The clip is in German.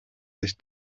sich